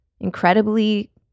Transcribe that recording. incredibly